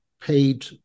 paid